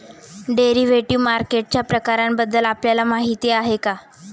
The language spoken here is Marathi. डेरिव्हेटिव्ह मार्केटच्या प्रकारांबद्दल आपल्याला माहिती आहे का?